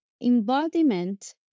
embodiment